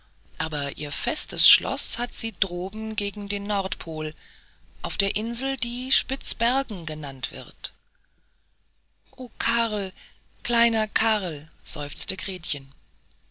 aber ihr festes schloß hat sie droben gegen den nordpol auf der insel die spitzbergen genannt wird o karl kleiner karl seufzte gretchen